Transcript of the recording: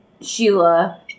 Sheila